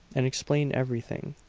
and explain everything.